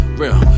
real